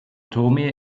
tomé